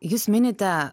jūs minite